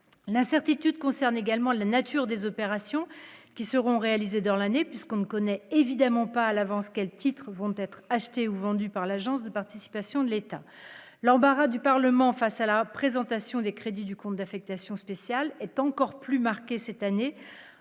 l'incertitude concerne également la nature des opérations qui seront réalisés dans l'année, puisqu'on ne connaît évidemment pas à l'avance quels titres vont être achetés ou vendus par l'Agence des participations de l'État, l'embarras du Parlement face à la présentation des crédits du compte d'affectation spéciale est encore plus marquée, cette année,